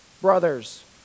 Brothers